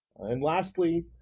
and lastly,